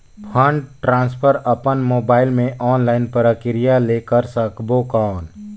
Fund transfer अपन mobile मे online प्रक्रिया ले कर सकबो कौन?